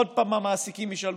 עוד פעם המעסיקים ישלמו.